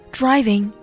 driving